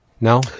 No